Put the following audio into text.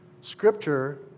Scripture